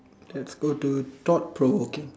let's go to thought Pro okay